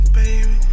baby